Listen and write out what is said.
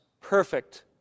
perfect